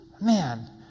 Man